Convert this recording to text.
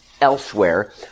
Elsewhere